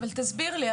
אז תסביר לי,